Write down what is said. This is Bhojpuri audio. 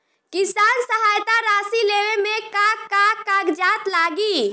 किसान सहायता राशि लेवे में का का कागजात लागी?